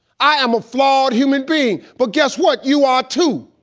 i am a flawed human being, but guess what? you are too.